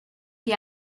que